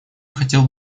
хотел